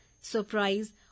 surprise